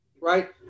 right